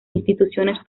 instituciones